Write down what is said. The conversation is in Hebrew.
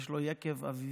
ויש לו את יקב אביבים,